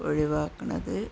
ഒഴിവാക്കുന്നത്